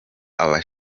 aba